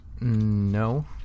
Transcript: No